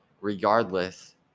regardless